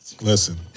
Listen